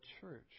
church